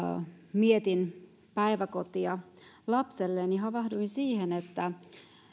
mietin päiväkotia lapselleni havahduin siihen että